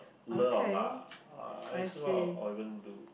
or lah or even loo